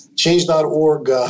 Change.org